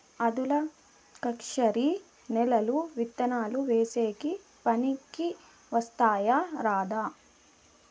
ఆధులుక్షరి నేలలు విత్తనాలు వేసేకి పనికి వస్తాయా రాదా?